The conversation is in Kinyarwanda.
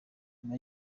nyuma